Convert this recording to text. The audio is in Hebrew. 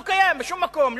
זה לא קיים בשום מקום,